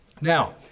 Now